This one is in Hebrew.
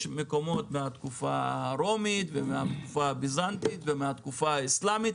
יש מקומות מהתקופה הרומית ומהתקופה הביזנטית ומהתקופה האסלאמית